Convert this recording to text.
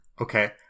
Okay